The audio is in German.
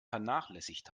vernachlässigt